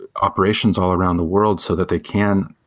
operations all around the world so that they can